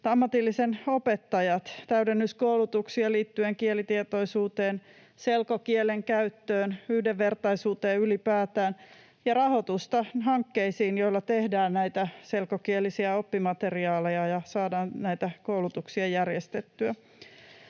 koulutuksen opettajat: täydennyskoulutuksia liittyen kielitietoisuuteen, selkokielen käyttöön, yhdenvertaisuuteen ylipäätään. Ja tarvitaan rahoitusta hankkeisiin, joilla tehdään näitä selkokielisiä oppimateriaaleja ja saadaan näitä koulutuksia järjestettyä.